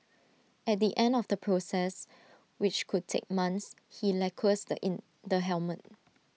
at the end of the process which could take months he lacquers the in the helmet